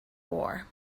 war